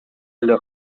эле